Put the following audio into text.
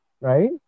right